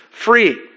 Free